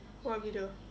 what video